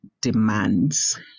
demands